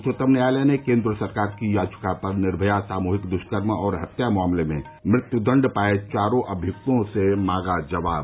उच्चतम न्यायालय ने केंद्र सरकार की याचिका पर निर्भया सामूहिक द्ष्कर्म और हत्या मामले में मृत्युदण्ड पाए चारों अभियुक्तों से मांगा जवाब